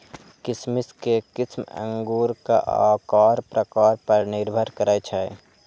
किशमिश के किस्म अंगूरक आकार प्रकार पर निर्भर करै छै